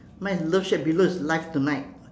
mine is love shack below is live tonight